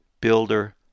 builder